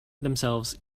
themselves